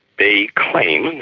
they claim,